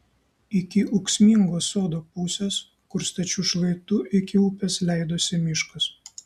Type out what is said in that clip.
iki ūksmingos sodo pusės kur stačiu šlaitu iki upės leidosi miškas